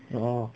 oo